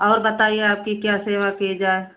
और बताइए आपकी क्या सेवा की जाए